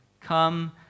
Come